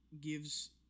gives